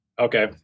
Okay